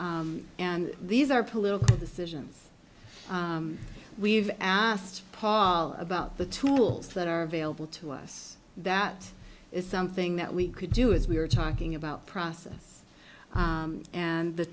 isn't and these are political decisions we've asked paul about the tools that are available to us that is something that we could do is we were talking about process and the